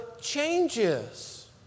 changes